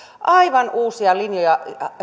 aivan uusia linjoja